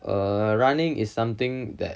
err running is something that